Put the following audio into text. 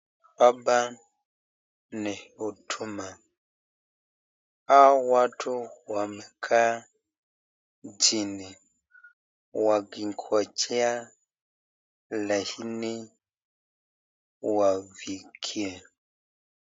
Hapa ni huduma au watu wamekaa chini wakinfojea laini kuwafikia.